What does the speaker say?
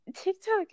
TikTok